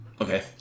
Okay